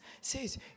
says